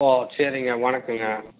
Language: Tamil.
ஓ சரிங்க வணக்கங்க